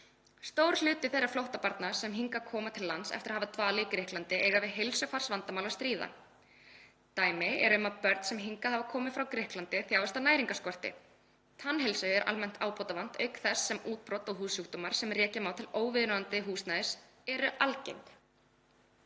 Stór hluti þeirra flóttabarna sem koma hingað til lands eftir að hafa dvalið í Grikklandi eiga við heilsufarsvandamál að stríða. Dæmi eru um að börn sem hingað hafa komið frá Grikklandi þjáist af næringarskorti. Tannheilsu er almennt ábótavant auk þess sem útbrot og húðsjúkdómar sem rekja má til óviðundandi húsnæðis eru algengir.